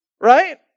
Right